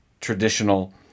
traditional